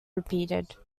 repeated